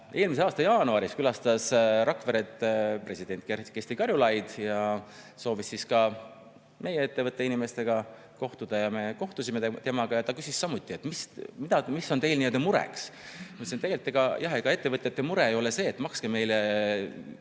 eelmise aasta jaanuaris külastas Rakveret president Kersti Kaljulaid ja soovis ka meie ettevõtte inimestega kohtuda. Ja me kohtusime temaga. Ta küsis samuti, mis on teil mureks. Ma ütlesin, et jah, ega ettevõtjate mure ei ole see, et makske meile